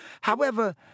However